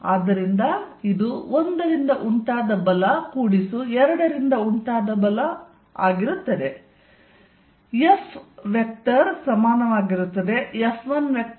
ಆದ್ದರಿಂದ ಇದು 1 ರಿಂದ ಉಂಟಾದ ಬಲ ಕೂಡಿಸು 2 ರಿಂದ ಉಂಟಾದ ಬಲ ಆಗಿರುತ್ತದೆ